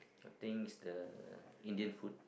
I think is the Indian food